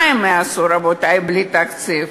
מה הם יעשו, רבותי, בלי תקציב?